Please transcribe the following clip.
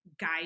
guide